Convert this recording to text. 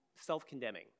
self-condemning